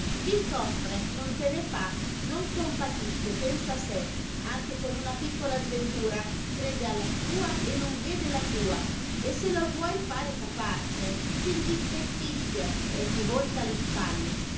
chi soffre non te ne fa non compatisce pensa a sé anche con una piccola sventura crede alla sua e non vede la tua e se lo vuoi fare capace s'indispettisce e ti volta le spalle